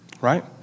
right